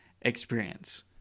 experience